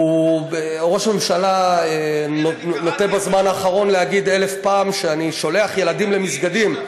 ראש הממשלה נוטה בזמן האחרון להגיד אלף פעם שאני שולח ילדים למסגדים.